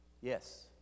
Yes